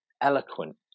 eloquent